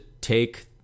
take